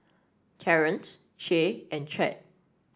Terance Shay and Chadd